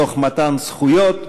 תוך מתן זכויות,